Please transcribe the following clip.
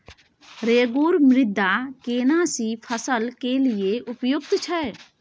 रेगुर मृदा केना सी फसल के लिये उपयुक्त छै?